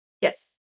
Yes